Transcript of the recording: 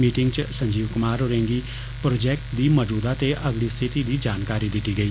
meeting च संजरव वर्मा होरेंगी project दी मजूदा ते अगड़ी स्थिति दी जानकारी दित्ती गेई